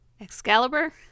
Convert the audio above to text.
Excalibur